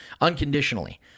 unconditionally